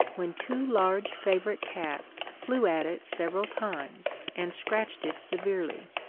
when two large favourite cats flew at it several times, and scratched it severely.